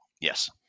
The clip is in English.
Yes